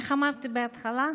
איך אמרתי בהתחלה?